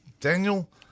Daniel